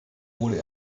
wurde